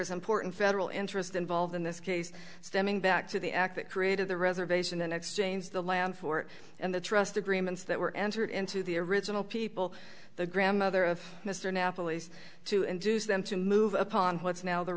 there's important federal interest involved in this case stemming back to the act that created the reservation in exchange the land for and the trust agreements that were entered into the original people the grandmother of mr napoli's to induce them to move upon what's now the